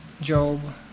Job